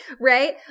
right